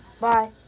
Bye